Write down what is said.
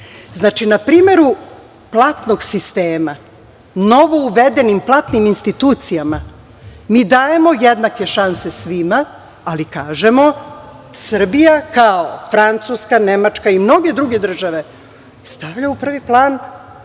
to. Znači, na primeru platnog sistema, novo uvedenim platnim institucijama mi dajemo jednake šanse svima, ali kažemo da Srbija kao Francuska, Nemačka i mnoge druge države stavlja u prvi plan